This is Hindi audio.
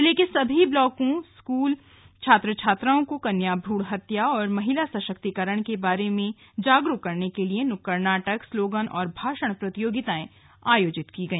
जिले के सभी ब्लॉकों स्कूली छात्र छात्राओं को कन्या भ्रूण हत्या और महिला सशक्तीकरण के बारे में जागरूक करने के लिए नुक्कड़ नाटक स्लोगन और भाषण प्रतियोगिताएं आयोजित की गई